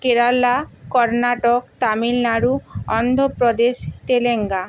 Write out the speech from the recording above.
Kerala Karnataka Tamil Nadu Andhra Pradesh Telangana